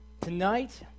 Tonight